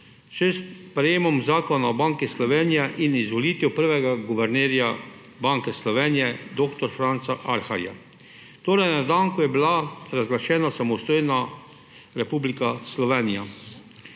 s sprejetjem Zakona o Banki Slovenije in izvolitev prvega guvernerja Banke Slovenije dr. Franca Arharja, torej dan, ko je bila razglašena samostojna Republika Slovenija.